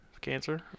cancer